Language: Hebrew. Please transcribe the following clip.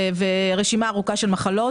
רשימה ארוכה של מחלות